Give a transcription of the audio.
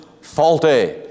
faulty